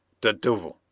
de duvel,